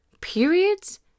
Periods